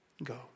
Go